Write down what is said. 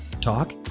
talk